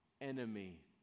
enemy